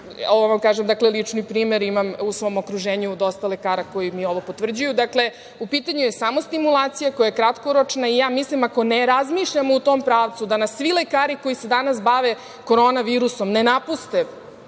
promenile. Imam lični primer u svom okruženju, kao i dosta lekara koji mi ovo potvrđuju. Dakle, u pitanju je samo stimulacija, koja je kratkoročna i ja mislim, ako ne razmišljamo u tom pravcu, da nas svi lekari koji se danas bave Koronavirusom ne napuste